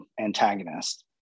antagonist